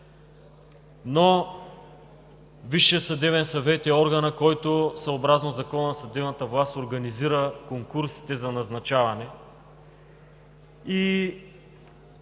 но Висшият съдебен съвет е органът, който съобразно Закона за съдебната власт организира конкурсите за назначаване.